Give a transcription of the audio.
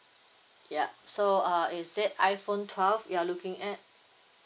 ya so err is it iPhone twelve you're looking at